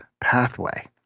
pathway